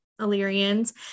Illyrians